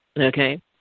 okay